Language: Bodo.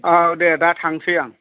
औ दे दा थांनोसै आं